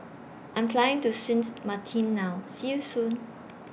I Am Flying to Sint Maarten now See YOU Soon